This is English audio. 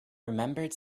remembered